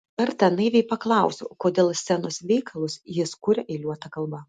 kartą naiviai paklausiau kodėl scenos veikalus jis kuria eiliuota kalba